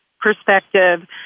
perspective